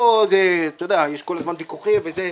פה, אתה יודע, יש כל הזמן ויכוחים וזה,